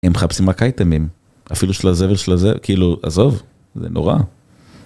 הם חפשים רק אייטמים, אפילו של הזבל של הזבל, כאילו, עזוב, זה נורא.